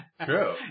true